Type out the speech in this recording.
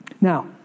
Now